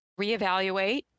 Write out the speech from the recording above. reevaluate